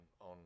on